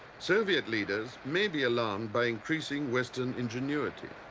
soviet leaders may be alarmed by increasing western ingenuity.